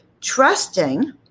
trusting